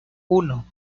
uno